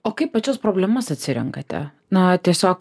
o kaip pačias problemas atsirenkate na tiesiog